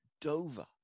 Dover